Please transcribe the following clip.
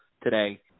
today